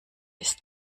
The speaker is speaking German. ist